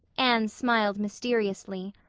anne smiled mysteriously.